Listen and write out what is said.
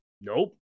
Nope